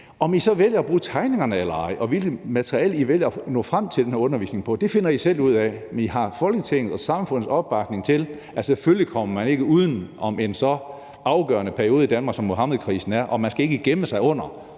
om I så vælger at bruge tegningerne eller ej, og uanset hvilket materiale I vælger at nå frem til at bruge i den her undervisning. Det finder I selv ud af. Og I har Folketingets og samfundets opbakning til det. Altså, selvfølgelig kommer man ikke uden om en så afgørende periode i Danmark som perioden med Muhammedkrisen, og man skal ikke gemme sig under,